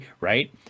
right